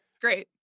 Great